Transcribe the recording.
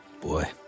boy